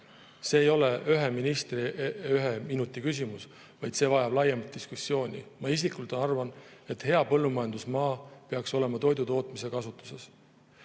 minuti [pikkuse vastuse] küsimus, vaid see vajab laiemat diskussiooni. Ma isiklikult arvan, et hea põllumajandusmaa peaks olema toidutootmise kasutuses.